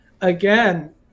again